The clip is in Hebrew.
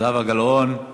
אינו נוכח,